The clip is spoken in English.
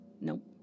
Nope